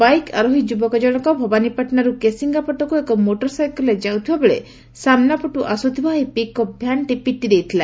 bike ଆରୋହୀ ଯୁବକ ଜଶକ ଭବାନୀପାଟଣାରୁ କେସିଙ୍ଗା ପଟକୁ ଏକ ବକ୍ୱର ମୋଟର ସାଇକେଲରେ ଯାଉଥିବାବେଳେ ସାମ୍ନା ପଟୁ ଆସୁଥିବା ଏହି ପିକ୍ ଅପ ଭ୍ୟାନଟି ପିଟି ଦେଇଥିଲା